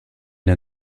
der